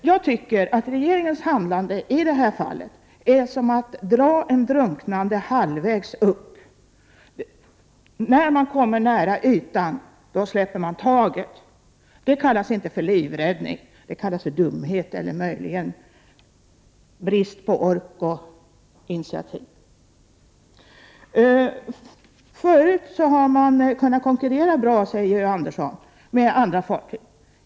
Jag tycker att regeringens handlande i det här fallet är som att dra en drunknande halvvägs upp, men när man kommer nära ytan släpper man taget. Det kallas inte livräddning. Det kallas dumhet eller möjligen brist på ork och initiativ. Förut har man kunnat konkurrera bra, säger Georg Andersson, med andra fartyg.